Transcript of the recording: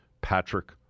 Patrick